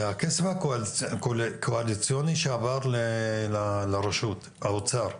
הכסף הקואליציוני שעבר לרשות האוצר.